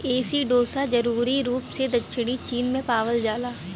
एसिडोसा जरूरी रूप से दक्षिणी चीन में पावल जाला